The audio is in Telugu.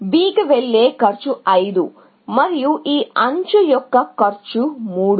B కి వెళ్ళే కాస్ట్ 5 మరియు ఈ ఎడ్జ్ యొక్క కాస్ట్ 3